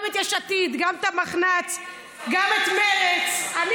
גם את יש עתיד, גם את המחנ"צ, גם את מרצ.